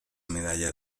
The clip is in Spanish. medalla